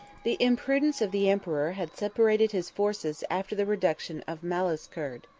the imprudence of the emperor had separated his forces after the reduction of malazkerd.